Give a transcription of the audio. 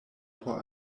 por